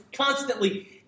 constantly